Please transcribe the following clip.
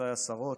גבירותיי השרות,